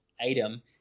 item